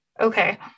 Okay